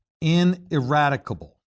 ineradicable